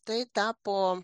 tai tapo